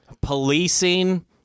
policing